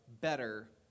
better